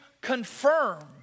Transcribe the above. confirm